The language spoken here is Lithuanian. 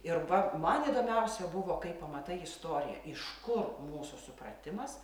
ir va man įdomiausia buvo kai pamatai istoriją iš kur mūsų supratimas